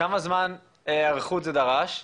כמה זמן היערכות זה דרש,